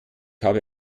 habe